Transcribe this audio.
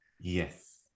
Yes